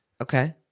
Okay